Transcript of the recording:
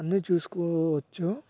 అన్నీ చూసుకోవచ్చు